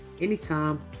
anytime